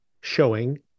showing